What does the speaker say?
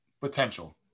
potential